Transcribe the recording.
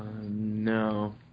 No